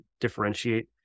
differentiate